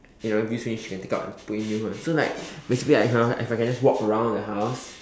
you know if use finish you can take out and put in new one so like basically I can if I can like just walk around the house